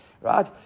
right